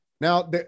Now